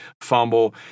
fumble